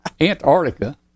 Antarctica